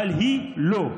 אבל היא לא.